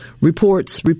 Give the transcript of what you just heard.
reports